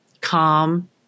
calm